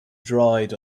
dried